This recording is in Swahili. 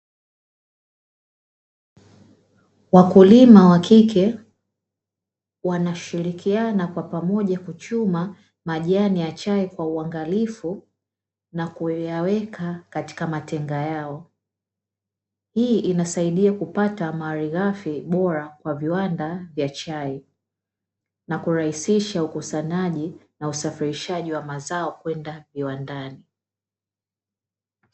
Wakulima wakike wanashirikiana kwa pamoja kuchuma majani ya chai kwa uangalifu na kuyaweka katika matenga yao. Hii inasaidia kupata malighafi bora kwa viwanda vya chai na kurahisisha ukusanyaji na usafirishaji wa mazao kwenda viwandani.